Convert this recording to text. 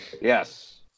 Yes